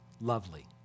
lovely